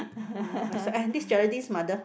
mm and this Geraldine's mother